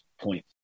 point